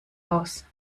aus